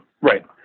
right